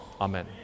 amen